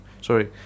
sorry